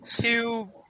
two